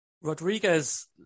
Rodriguez